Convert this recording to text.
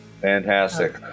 Fantastic